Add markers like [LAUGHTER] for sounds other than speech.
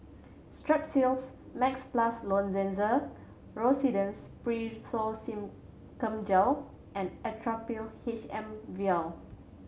Strepsils Max Plus [UNINTELLIGIBLE] Rosiden's Piroxicam Gel and Actrapid H M Vial